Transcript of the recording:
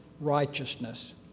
righteousness